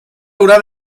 haurà